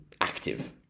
active